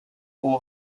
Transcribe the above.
aux